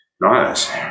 Nice